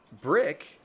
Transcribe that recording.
Brick